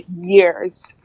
years